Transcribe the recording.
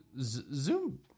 zoom